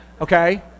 okay